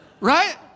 Right